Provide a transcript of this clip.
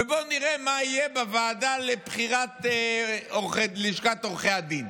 ובואו נראה מה יהיה בבחירות ללשכת עורכי הדין.